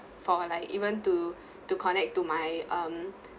for like even to to connect to my um